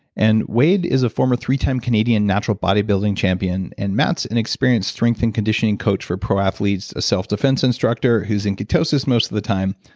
and wade is a former three time canadian natural bodybuilding champion, and matt is an experienced strength and conditioning coach for pro athletes, a self-defense instructor who is in ketosis most of the time,